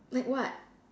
like what